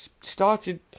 started